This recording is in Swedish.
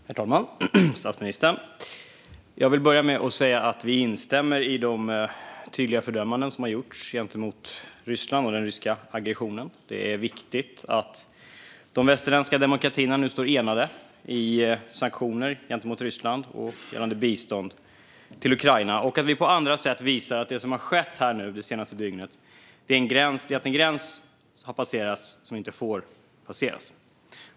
Herr talman och statsministern! Jag vill börja med att säga att vi instämmer i de tydliga fördömanden som har gjorts gentemot Ryssland och den ryska aggressionen. Det är viktigt att de västerländska demokratierna nu står enade i sanktioner gentemot Ryssland och gällande bistånd till Ukraina och att vi på andra sätt visar att det som nu har skett det senaste dygnet är att en gräns har passerats som inte får passeras.